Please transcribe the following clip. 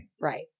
Right